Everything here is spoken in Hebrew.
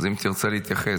אז אם תרצה להתייחס,